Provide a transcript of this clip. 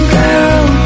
girl